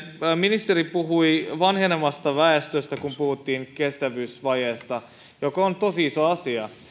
ministeri puhui vanhenevasta väestöstä kun puhuttiin kestävyysvajeesta joka on tosi iso asia